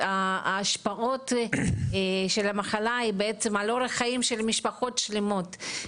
ההשפעות של המחלה הן על אורח החיים של משפחות שלמות.